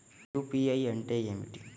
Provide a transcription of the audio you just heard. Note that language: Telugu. యూ.పీ.ఐ అంటే ఏమిటీ?